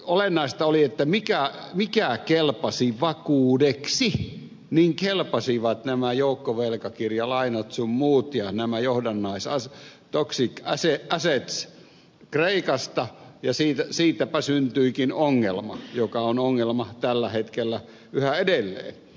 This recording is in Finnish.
olennaista oli mikä kelpasi vakuudeksi ja kelpasivat nämä joukkovelkakirjalainat sun muut ja nämä toxic assets kreikasta ja siitäpä syntyikin ongelma joka on ongelma tällä hetkellä yhä edelleen